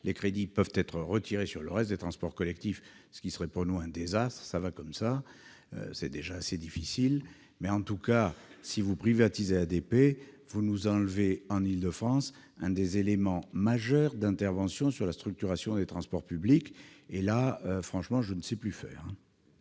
les crédits pourraient être retirés du budget du reste des transports collectifs, ce qui serait un désastre pour nous- ça va comme ça, c'est déjà assez difficile. Toutefois, si vous privatisez ADP, vous nous enlèverez, en Île-de-France, l'un des leviers majeurs d'intervention sur la structuration des transports publics ; et, là, franchement, je ne sais plus faire